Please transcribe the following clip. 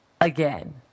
again